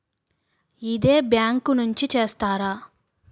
ఇదే బ్యాంక్ నుంచి చేస్తారా?